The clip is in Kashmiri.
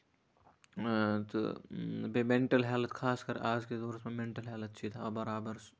اۭں تہٕ بیٚیہِ مینٹَل ہٮ۪لٕتھ خاص کر آزکِس دورَس منٛز مینٹَل ہٮ۪لٕتھ چھُ تھاوان یہِ برابر